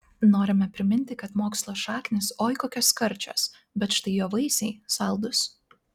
norime priminti kad mokslo šaknys oi kokios karčios bet štai jo vaisiai saldūs